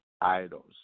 idols